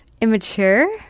immature